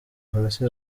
hasi